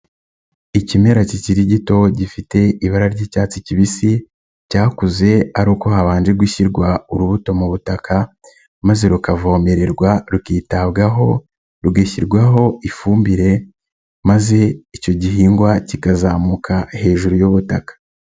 Ikimera kikiri gito gifite ibara ry'icyatsi kibisi, cyakuze ari uko habanje gushyirwa urubuto mu butaka maze rukavomererwa, rukitabwaho, rugashyirwaho ifumbire maze icyo gihingwa kikazamuka hejuru y'ubutaka.